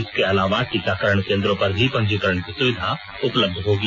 इसके अलावा टीकाकरण केन्द्रों पर भी पंजीकरण की सुविधा उपलब्ध होगी